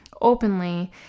openly